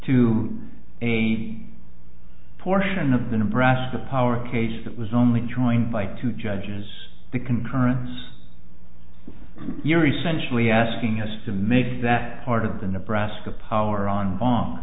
to a portion of the nebraska power case that was only trying by two judges the concurrence you're essentially asking us to make that part of the nebraska power on